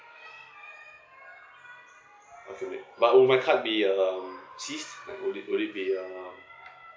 okay wait but will my card be um cease like would it would it be um